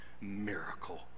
miracle